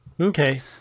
Okay